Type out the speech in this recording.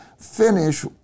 finish